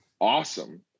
Awesome